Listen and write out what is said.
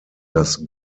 das